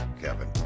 Kevin